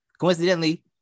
Coincidentally